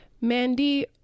Mandy